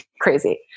crazy